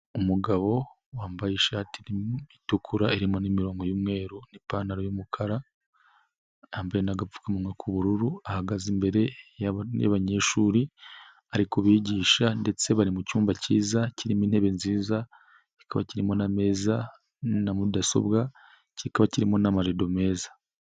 Umugabo wambaye ishati itukura irimo n'imirongo y'umweru n'ipantaro y'umukara, yambaye n'agapfukamunwa k'ubururu ahagaze imbere y'abanyeshuri ari kubigisha ndetse bari mu cyumba cyiza kirimo intebe nziza, kikaba kirimo ameza na mudasobwa, kikaba kirimo n'amarido meza.